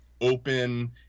open